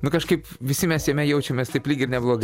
nu kažkaip visi mes jame jaučiamės taip lyg ir neblogai